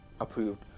approved